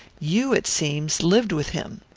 you, it seems, lived with him.